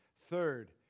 Third